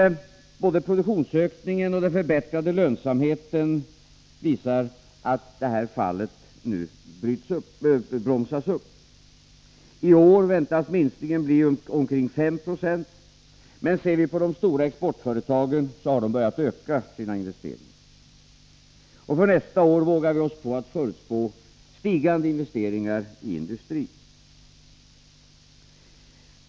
Men både produktionsökningen och den förbättrade lönsamheten visar att fallet nu bromsas upp. I år väntas minskningen bli omkring 5 96, men de stora exportföretagen har börjat öka sin investeringar. För nästa år vågar vi förutspå stigande investeringar i industrin.